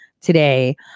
today